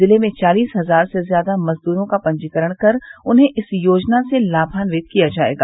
जिले में चालीस हजार से ज्यादा मजदूरों का पंजीकरण कर उन्हें इस योजना से लाभान्वित किया जायेगा